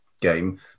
game